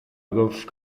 agaibh